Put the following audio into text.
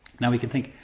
now we can think,